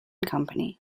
company